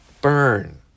burn